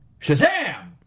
Shazam